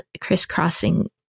crisscrossing